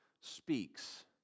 speaks